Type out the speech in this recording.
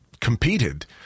competed